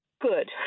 Good